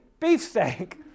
beefsteak